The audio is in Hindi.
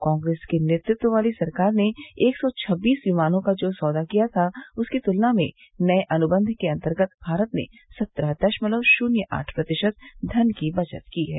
कांग्रेस के नेतृत्व वाली सरकार ने एक सौ छबीस विमानों का जो सौदा किया था उसकी तुलना में नये अनुबंध के अंतर्गत भारत ने सत्रह दशमलव शुन्य आठ प्रतिशत धन की बचत की है